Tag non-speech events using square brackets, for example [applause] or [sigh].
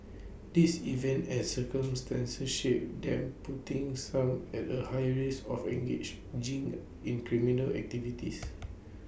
these events as circumstances shape them putting some at A higher risk of engage [unintelligible] in criminal activities